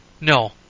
No